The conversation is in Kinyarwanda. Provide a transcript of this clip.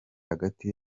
hagati